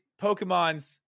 Pokemon's